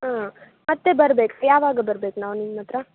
ಹಾಂ ಮತ್ತೆ ಬರ್ಬೇಕಾ ಯಾವಾಗ ಬರ್ಬೇಕು ನಾವು ನಿಮ್ಮತ್ತಿರ